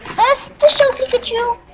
this to show pikachu.